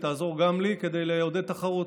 והיא תעזור גם לי לעודד תחרות.